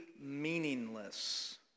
meaningless